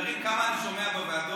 כמה אני שומע בוועדות,